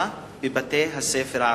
בבתי-הספר הערביים.